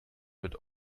mit